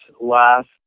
last